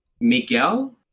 miguel